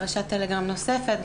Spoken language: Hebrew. בפרשת טלגרם נוספת.